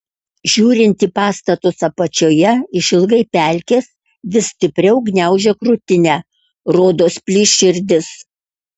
žiūrint į pastatus apačioje išilgai pelkės vis stipriau gniaužia krūtinę rodos plyš širdis